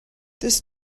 this